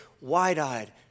wide-eyed